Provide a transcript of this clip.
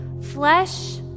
flesh